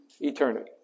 eternity